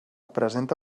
presenta